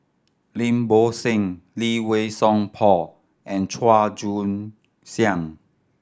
Lim Bo Seng Lee Wei Song Paul and Chua Joon Siang